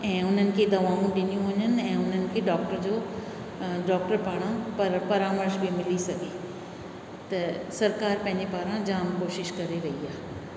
ऐं हुननि खे दवाऊं ॾिनियूं वञनि ऐं उन्हनि खे डॉक्टर जो डॉक्टर पारां प परामर्श बि मिली सघे त सरकारि पंहिंजे पारां जाम कोशिशि करे रही आहे